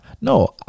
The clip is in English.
No